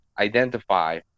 identify